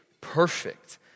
perfect